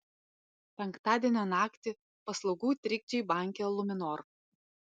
penktadienio naktį paslaugų trikdžiai banke luminor